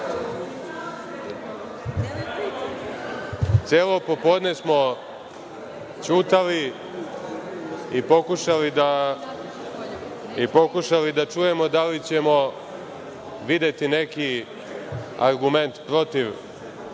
celo popodne smo ćutali i pokušali da čujemo da li ćemo videti neki argument protiv